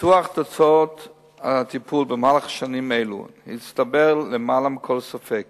מניתוח תוצאות הטיפול במהלך שנים אלה הסתבר למעלה מכל ספק